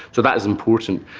so that is important.